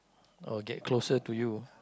or get closer to you